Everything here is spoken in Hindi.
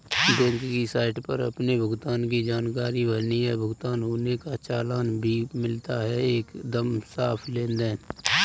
बैंक की साइट पर अपने भुगतान की जानकारी भरनी है, भुगतान होने का चालान भी मिलता है एकदम साफ़ लेनदेन